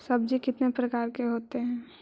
सब्जी कितने प्रकार के होते है?